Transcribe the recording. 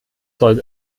soll